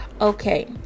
okay